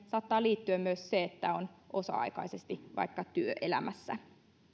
saattaa liittyä myös se että on vaikka osa aikaisesti työelämässä